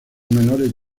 menores